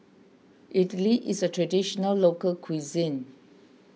Idly is a Traditional Local Cuisine